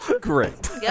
great